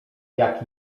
jak